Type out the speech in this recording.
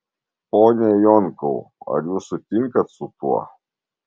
pone jonkau ar jūs sutinkat su tuo